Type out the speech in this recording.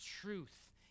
truth